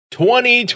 twenty